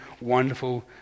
wonderful